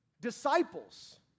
disciples